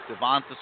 Devonta